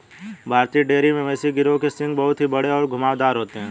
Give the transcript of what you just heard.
भारतीय डेयरी मवेशी गिरोह के सींग बहुत ही बड़े और घुमावदार होते हैं